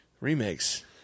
remakes